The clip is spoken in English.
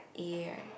ear